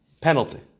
penalty